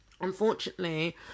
unfortunately